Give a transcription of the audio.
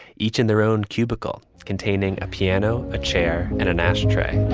each in their own cubicle containing a piano, a chair and an ashtray